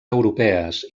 europees